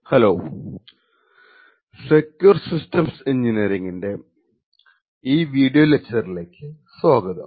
hello secure systems എൻജിനീയറിങ്ങിന്റെ ഈ video ലെക്ച്ചറിലേക്കു സ്വാഗതം